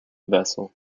vessel